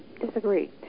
disagree